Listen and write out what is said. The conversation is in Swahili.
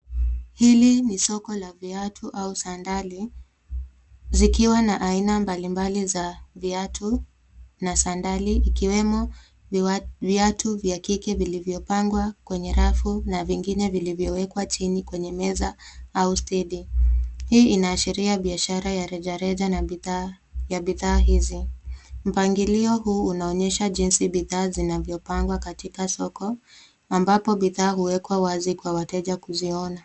Hili ni soko la viatu au sandali zikiwa na aina mbalimbali za viatu na sandali ikiwemo viatu vya kike vilivyopangwa kwenye rafu na vingine vilivyowekwa chini kwenye meza au stedi. Hii inaashiria biashara ya rejareja ya bidhaa hizi. Mpangilio huu unaonyesha jinsi bidhaa zinavyopangwa katika soko ambapo bidhaa huwekwa wazi kwa wateja kuziona.